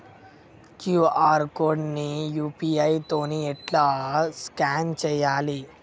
QR code ని UPI తోని ఎట్లా స్కాన్ చేయాలి?